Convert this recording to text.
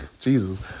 Jesus